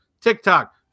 TikTok